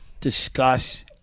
Discuss